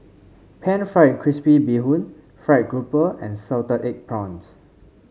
pan fried crispy Bee Hoon fried grouper and Salted Egg Prawns